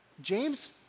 James